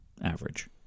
average